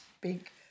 big